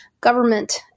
government